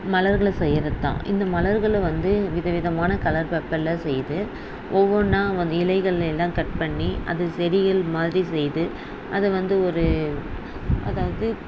மலர்கள் செய்யறதுதான் இந்த மலர்கள் வந்து வித விதமான கலர் பேப்பரில் செய்து ஒவ்வொன்னாக வந்து இலைகள் எல்லாம் கட் பண்ணி அதை செடிகள் மாதிரி செய்து அதை வந்து ஒரு அதாவது